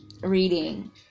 reading